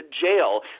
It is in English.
jail